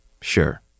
Sure